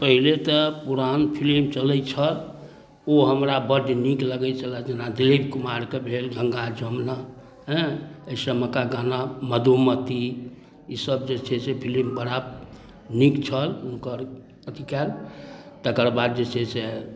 पहिले तऽ पुरान फिलिम चलै छल ओ हमरा बड्ड नीक लगै छलै जेना दिलीप कुमारके भेल गङ्गा जमुना हेँ एहिसबमेका गाना मधुमती ईसब जे छै से फिलिम बड़ा नीक छल हुनकर अथी कएल तकर बाद जे छै से